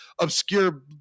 obscure